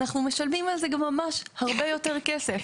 אנחנו משלמים על זה הרבה יותר כסף.